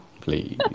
please